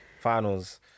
Finals